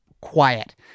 quiet